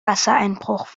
wassereinbruch